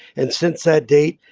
and since that date,